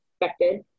expected